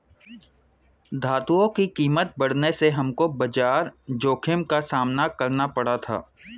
धातुओं की कीमत बढ़ने से हमको बाजार जोखिम का सामना करना पड़ा था